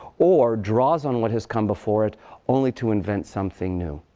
or draws on what has come before it only to invent something new?